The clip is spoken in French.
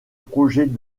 projet